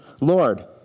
Lord